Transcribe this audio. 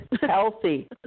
healthy